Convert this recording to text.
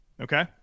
okay